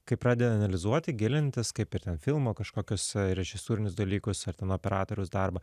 kai pradedi analizuoti gilintis kaip ir ten filmo kažkokius režisūrinius dalykus ar ten operatoriaus darbą